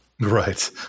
Right